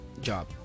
job